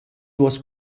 duos